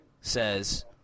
Says